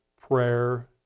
prayer